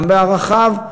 גם בערכיו,